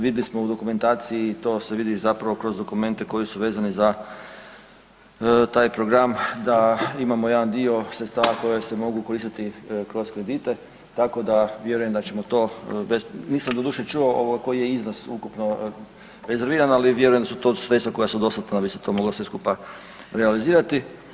Vidli smo u dokumentaciji to se vidi zapravo kroz dokumente koji su vezani za taj program da imamo jedan dio sredstava koja se mogu koristiti kroz kredite tako da vjerujem da ćemo to bez, nisam doduše čuo ovoga koji je iznos ukupno rezerviran, ali vjerujem da su to sredstva koja su dostatna da bi se to moglo sve skupa realizirati.